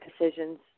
decisions